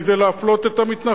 כי זה להפלות את המתנחלים,